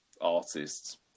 artists